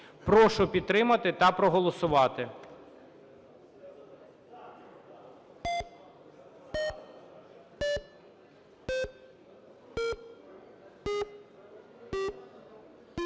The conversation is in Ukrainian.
Прошу підтримати та проголосувати.